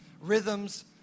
rhythms